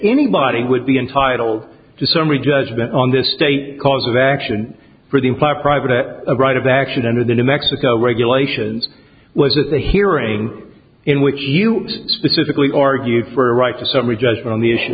anybody would be entitled to summary judgment on this state cause of action for the employer private right of action under the new mexico regulations was at the hearing in which you specifically argued for a right to summary judgment on the issue